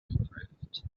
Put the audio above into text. improved